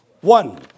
one